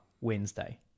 Wednesday